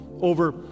over